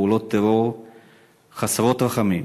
פעולות טרור חסרות רחמים,